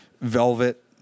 velvet